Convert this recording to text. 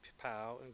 POW